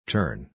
Turn